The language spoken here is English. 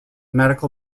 medical